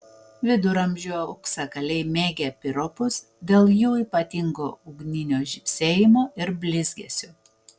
viduramžių auksakaliai mėgę piropus dėl jų ypatingo ugninio žybsėjimo ir blizgesio